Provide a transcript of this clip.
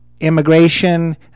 Immigration